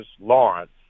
Lawrence